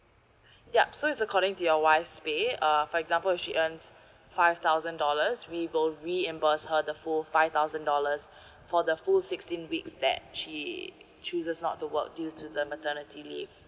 yup so it's according to your wife's pay uh for example if she earns five thousand dollars we will reimburse her the full five thousand dollars for the full sixteen weeks that she chooses not to work due to the maternity leave